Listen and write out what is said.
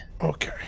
Okay